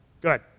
Good